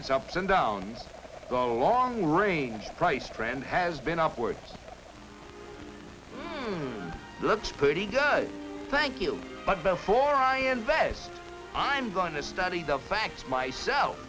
its ups and down a long range price trend has been upwards looks pretty good thank you but before i invest i'm going to study the facts myself